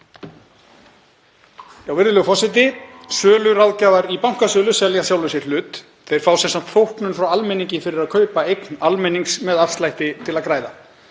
Virðulegur forseti. Söluráðgjafar í bankasölu selja sjálfum sér hlut. Þeir fá sem sagt þóknun frá almenningi fyrir að kaupa eign almennings með afslætti til að græða.